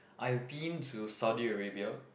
I've been to Saudi Arabia